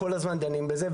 כל הזמן דנים בזה.